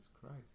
Christ